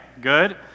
Good